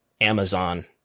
Amazon